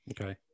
Okay